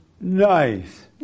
Nice